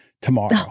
tomorrow